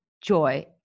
joy